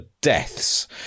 deaths